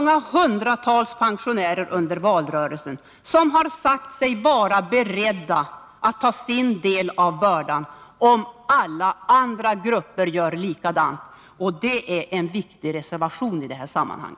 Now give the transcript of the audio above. Jag har under valrörelsen träffat hundratals pensionärer som sagt sig vara beredda att ta sin del av bördan, om alla andra grupper gör detsamma. Det är en viktig reservation i detta sammanhang.